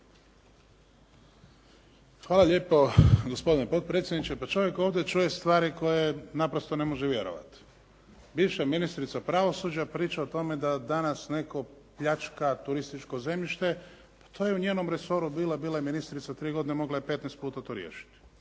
Hvala lijepo gospodine potpredsjedniče. Pa čovjek ovdje čuje stvari koje naprosto ne može vjerovati. Bivša ministrica pravosuđa priča o tome da danas netko pljačka turističko zemljište. Pa to je u njenom resoru bilo. Bila je ministrica tri godine. Mogla je 15 puta to riješiti